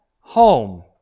home